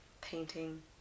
painting